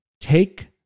take